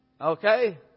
Okay